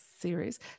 series